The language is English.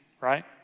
right